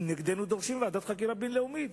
נגדנו דורשים ועדת חקירה בין-לאומית.